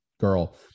Girl